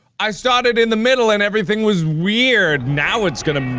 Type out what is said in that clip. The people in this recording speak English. i started in the middle and everything, was weird now it's gonna